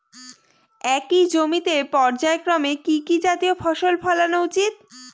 একই জমিতে পর্যায়ক্রমে কি কি জাতীয় ফসল ফলানো উচিৎ?